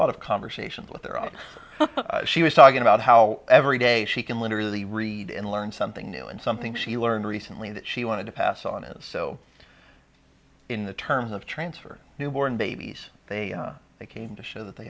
lot of conversations with there are she was talking about how every day she can literally read and learn something new and something she learned recently that she wanted to pass on is so in the terms of transfer newborn babies they they came to show that they